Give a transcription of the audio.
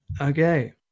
Okay